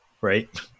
right